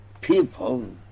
people